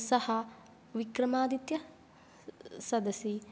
सः विक्रमादित्य सदसि